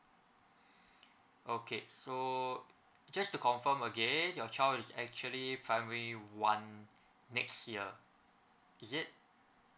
okay so just to confirm again your child is actually primary one next year is it